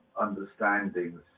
understandings